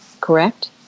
correct